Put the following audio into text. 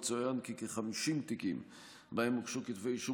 יצוין כי כ-50 תיקים שבהם הוגשו כתבי אישום